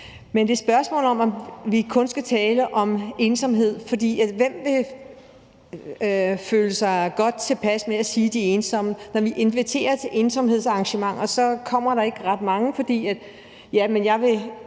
Men det er et spørgsmål, om vi kun skal tale om ensomhed, for hvem vil føle sig godt tilpas med at sige, at de er ensomme? Når vi inviterer til ensomhedsarrangementer, kommer der ikke ret mange. For »jeg er